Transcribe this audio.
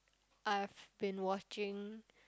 I have been watching